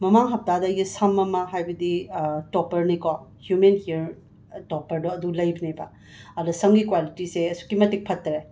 ꯃꯃꯥꯡ ꯍꯄꯇꯥꯗ ꯑꯩꯒꯤ ꯁꯝ ꯑꯃ ꯍꯥꯏꯕꯗꯤ ꯇꯣꯞꯄꯔꯅꯤꯀꯣ ꯍ꯭ꯌꯨꯃꯦꯟ ꯍ꯭ꯌꯔ ꯇꯣꯞꯄꯔꯗꯣ ꯑꯗꯨ ꯂꯩꯕꯅꯦꯕ ꯑꯗ ꯁꯝꯒꯤ ꯀ꯭ꯋꯥꯂꯤꯇꯤꯁꯦ ꯑꯁꯨꯛꯀꯤ ꯃꯇꯤꯛ ꯐꯠꯇ꯭ꯔꯦ